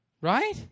Right